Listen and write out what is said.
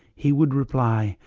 he would reply,